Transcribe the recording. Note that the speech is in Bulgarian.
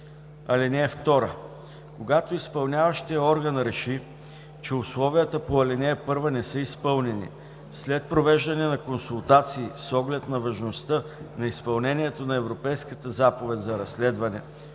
случай. (2) Когато изпълняващият орган реши, че условията по ал. 1 не са изпълнени, след провеждане на консултации с оглед на важността на изпълнението на Европейската заповед за разследване,